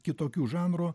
kitokių žanrų